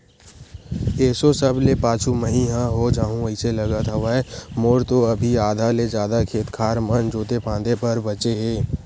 एसो सबले पाछू मही ह हो जाहूँ अइसे लगत हवय, मोर तो अभी आधा ले जादा खेत खार मन जोंते फांदे बर बचें हे